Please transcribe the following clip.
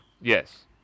Yes